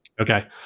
Okay